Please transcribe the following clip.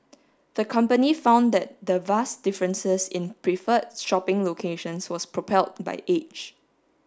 the company found that the vast differences in preferred shopping locations was propelled by age